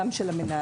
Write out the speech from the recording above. גם של המנהלים,